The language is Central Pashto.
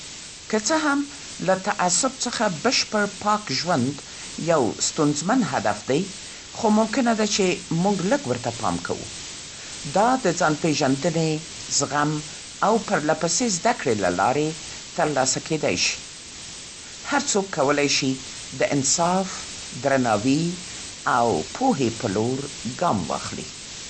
که څه هم له تعصب څخه بشپړ پاک ژوند یو ستونزمن هدف دی، خو ممکنه ده چې موږ لږ ورته پام کوو. دا د ځان‌پېژندنې، زغم، او پرله‌پسې زده‌کړې له لارې تر لاسه کېدای شي. هر څوک کولای شي د انصاف، درناوي او پوهې پر لور ګام واخلي.